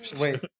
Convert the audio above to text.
Wait